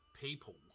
people